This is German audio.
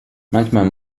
manchmal